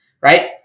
right